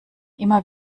immer